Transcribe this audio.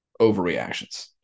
overreactions